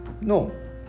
No